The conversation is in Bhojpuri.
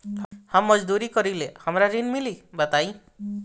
हम मजदूरी करीले हमरा ऋण मिली बताई?